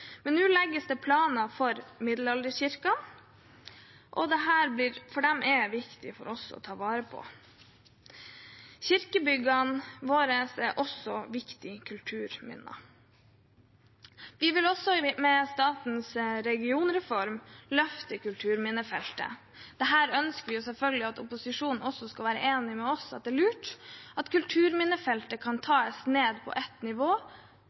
Nå legges det planer for middelalderkirkene, for det er viktig for oss å ta vare på dem. Kirkebyggene våre er også viktige kulturminner. Vi vil også løfte kulturminnefeltet med statens regionreform. Vi ønsker selvfølgelig at opposisjonen skal være enig med oss i at det er lurt at kulturminnefeltet kan tas ned på et nivå